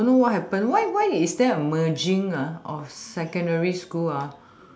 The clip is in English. don't know what happen why why is there a merging ah of secondary school ah